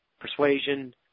persuasion